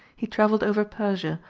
he travelled over persia,